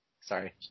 Sorry